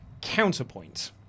Counterpoint